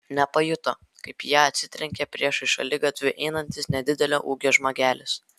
nepajuto kaip į ją atsitrenkė priešais šaligatviu einantis nedidelio ūgio žmogelis